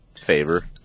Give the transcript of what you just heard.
favor